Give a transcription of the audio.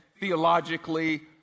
theologically